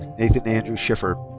nathan andrew schiffer.